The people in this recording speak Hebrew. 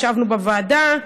ישבנו בוועדה,